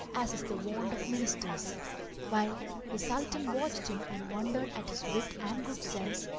as is the wont of ministers while the sultan watched him and wondered at his wit and good sense,